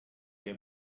che